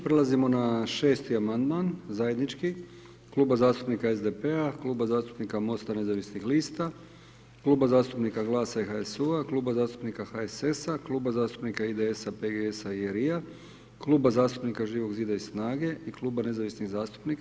Prelazimo na 6.-ti amandman zajednički Kluba zastupnika SDP-a, Kluba zastupnika MOST-a nezavisnih lista, Kluba zastupnika GLAS-a i HSU-a, Kluba zastupnika HSS-a, Kluba zastupnika IDS-a, PGS-a i LRI-a, Kluba zastupnika Živog zida i SNAG-e i kluba nezavisnih zastupnika.